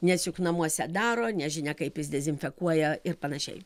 nes juk namuose daro nežinia kaip jis dezinfekuoja ir panašiai